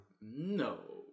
No